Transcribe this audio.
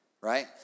Right